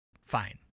Fine